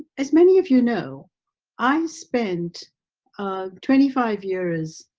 as many of you know i spent twenty five years